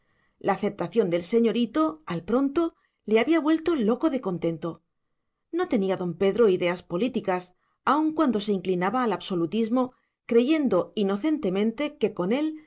la aceptación del señorito al pronto le había vuelto loco de contento no tenía don pedro ideas políticas aun cuando se inclinaba al absolutismo creyendo inocentemente que con él